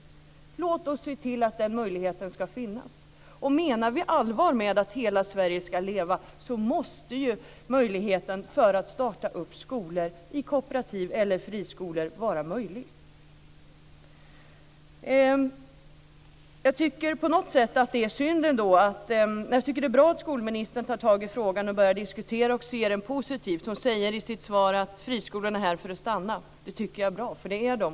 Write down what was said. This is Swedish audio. Låt oss se till att den möjligheten ska finnas. Menar vi allvar med att hela Sverige ska leva måste möjligheten för att starta skolor i kooperativ eller som friskolor finnas. Jag tycker att det är bra att skolministern tar tag i frågan och börjar diskutera den och se positivt på den. Hon säger i sitt svar att friskolorna är här för att stanna. Det tycker jag är bra, det är de.